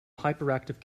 hyperactive